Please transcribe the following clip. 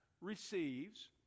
receives